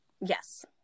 Yes